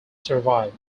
survived